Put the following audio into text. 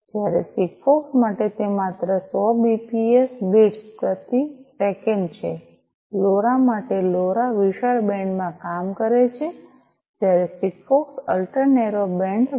જ્યારે સિગફોક્સ માટે તે માત્ર 100 બીપીએસ બિટ્સ પ્રતિ સેકન્ડ છે લોરા માટે લોરા વિશાળ બેન્ડ માં કામ કરે છે જ્યારે સિગફોક્સ અલ્ટ્રા નેરો બેન્ડ માં